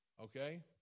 Okay